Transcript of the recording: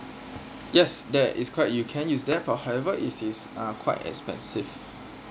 yes that is quite you can use that for however it is are quite expensive